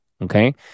okay